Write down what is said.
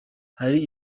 hari